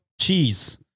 cheese